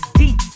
deep